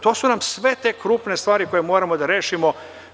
To su nam sve te krupne stvari koje moramo da rešimo.